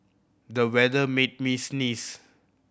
the weather made me sneeze